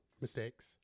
mistakes